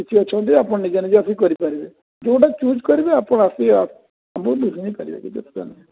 କିଛି ଅଛନ୍ତି ଆପଣ ନିଜେ ନିଜେ ଆସିକି କରି ପାରିବେ ଯେଉଁଟା ଚୁଜ୍ କରିବେ ଆପଣ ଆସି କି ଆମଠୁ ବୁଝି ନେଉ ପାରିବେ କିଛି ଅସୁବିଧା ନାହିଁ